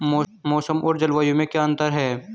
मौसम और जलवायु में क्या अंतर?